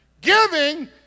Giving